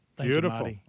Beautiful